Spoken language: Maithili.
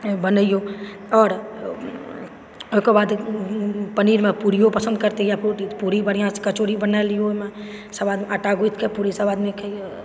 बनैऔ आओर ओकर बाद पनीरमे पुरियो पसन्द करतै या रोटी पुरी बढ़िऑंसँ कचौड़ी बना लिअ ओहिमे सब आदमी आटा गुइथके सब आदमी पुरी सब आदमी खइअउ